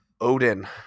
Odin